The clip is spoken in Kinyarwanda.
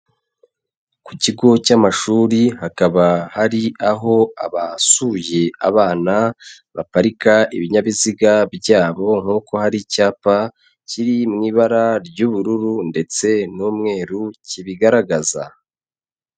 Ku kigo cy'amashuri, hakaba hari aho abasuye abana baparika ibinyabiziga byabo, nk'uko hari icyapa kiri mu ibara ry'ubururu, ndetse n'umweru kibigaragaza.